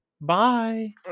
bye